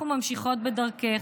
אנחנו ממשיכות בדרכך.